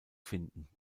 finden